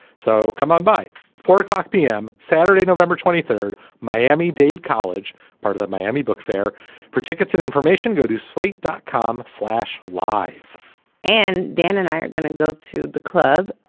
so come on by four zero p m. saturday november twenty third miami dade college part of that miami book fair particulars and information go to sleep dot com slash lie and dan and i are gonna go to the club.